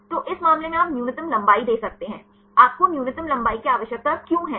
तो इस मामले में आप न्यूनतम लंबाई दे सकते हैं आपको न्यूनतम लंबाई की आवश्यकता क्यों है